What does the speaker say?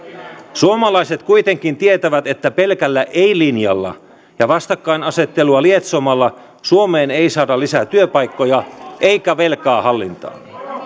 suomalaiset kuitenkin tietävät että pelkällä ei linjalla ja vastakkainasettelua lietsomalla suomeen ei saada lisää työpaikkoja eikä velkaa hallintaan